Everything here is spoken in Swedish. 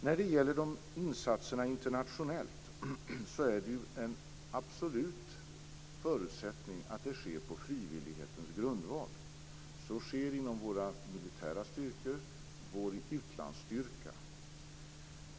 När det gäller de internationella insatserna kan jag säga att en absolut förutsättning är att dessa sker på frivillighetens grundval. Så sker inom våra militära styrkor - vår utlandsstyrka.